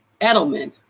Edelman